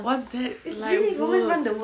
what's that like words